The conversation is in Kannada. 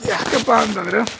ಯಾಕಪ್ಪ ಅಂತಂದ್ರೆ